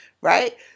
Right